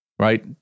right